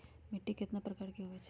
मिट्टी कतना प्रकार के होवैछे?